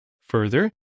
Further